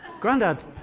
Grandad